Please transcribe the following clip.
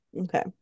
okay